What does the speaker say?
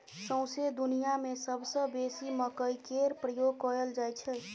सौंसे दुनियाँ मे सबसँ बेसी मकइ केर प्रयोग कयल जाइ छै